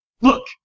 Look